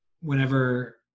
whenever